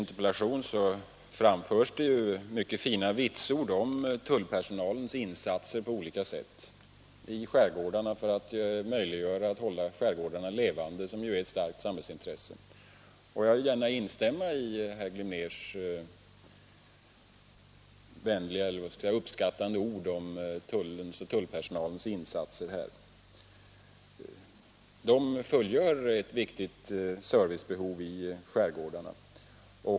Kustbévakningen får i herr Glimnérs interpellation mycket fina vitsord för sina insatser för att hålla skärgårdarna levande, vilket ju är ett starkt samhällsintresse. Jag vill gärna instämma i herr Glimnérs uppskattande ord om tullpersonalens insatser — den fyller ett viktigt servicebehov i skärgårdarna.